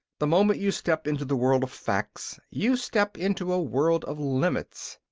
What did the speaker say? the moment you step into the world of facts, you step into a world of limits.